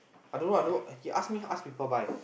I don't know I don't know he ask me ask people buy